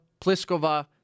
Pliskova